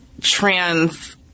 trans